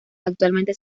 actualmente